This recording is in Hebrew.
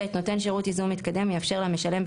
נותן שירות ייזום מתקדם יאפשר למשלם,